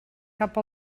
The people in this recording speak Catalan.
cap